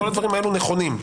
הכול נכון.